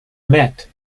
met